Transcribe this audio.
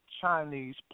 Chinese